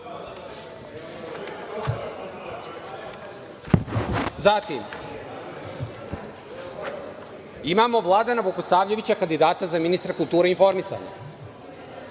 itd. Imamo i Vladana Vukosavljevića, kandidata za ministra kulture i informisanja.